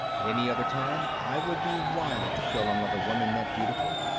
any other time i would be wild to kill another woman that beautiful.